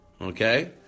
Okay